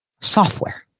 software